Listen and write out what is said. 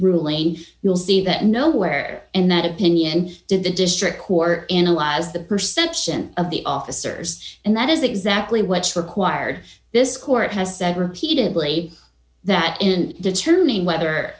ruling you'll see that nowhere in that opinion did the district court in a wise the perception of the officers and that is exactly what's required this court has said repeatedly that in determining whether